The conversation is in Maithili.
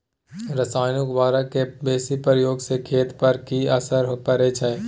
रसायनिक उर्वरक के बेसी प्रयोग से खेत पर की असर परै छै?